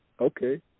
Okay